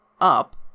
up